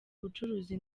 ubucuruzi